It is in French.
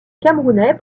camerounais